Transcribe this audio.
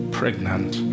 pregnant